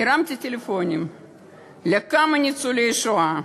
הרמתי טלפונים לכמה ניצולי שואה,